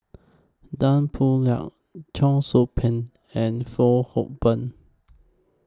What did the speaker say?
Tan Boo Liat Cheong Soo Pieng and Fong Hoe Beng